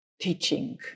teaching